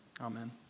Amen